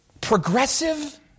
Progressive